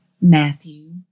Matthew